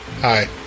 Hi